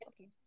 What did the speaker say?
okay